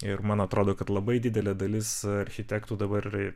ir man atrodo kad labai didelė dalis architektų dabar yra